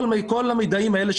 כל המידעים האלה.